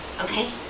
okay